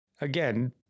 Again